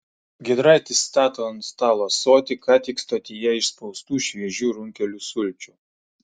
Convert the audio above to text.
giedraitis stato ant stalo ąsotį ką tik stotyje išspaustų šviežių runkelių sulčių